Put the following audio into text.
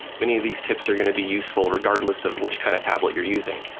many of these tips are going to be useful regardless of which kind of tablet you're using.